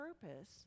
purpose